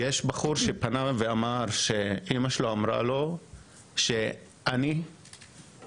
יש בחור שפנה אלינו ואמר שאמא שלו אמרה לו אחרי שיצא